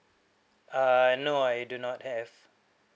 uh no I do not have